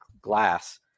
glass